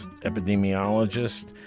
epidemiologist